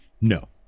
No